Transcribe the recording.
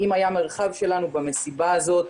אם היה מרחב שלנו במסיבה הזאת,